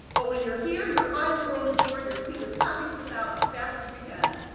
but when you're here, your eyes are on the door and your feet are tapping to get out as fast as you can.